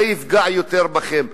זה יפגע יותר בכם,